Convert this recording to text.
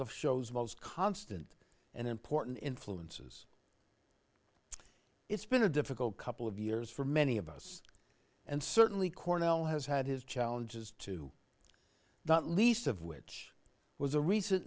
the show's most constant and important influence and it's been a difficult couple of years for many of us and certainly cornell has had his challenges to not least of which was a recent